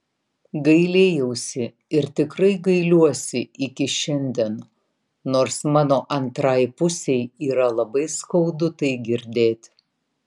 gailėjausi ir tikrai gailiuosi iki šiandien nors mano antrai pusei yra labai skaudu tai girdėt